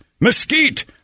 mesquite